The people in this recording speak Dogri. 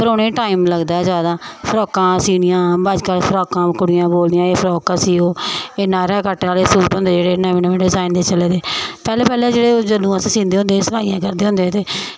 पर उ'नेंगी टाइम लगदा ऐ जादा फ्राकां सीनियां अज्जकल फ्राकां कुड़ियां बोलदियां एह् फ्राकां सियो एह् नायरा कट आह्लेे सूट होंदे जेह्ड़े नमें डजैन दे चले दे पैह्लें पैह्लें जेह्ड़े जदूं अस सींदे होंदे हे सलाइयां करदे हे ते